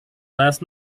last